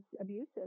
abusive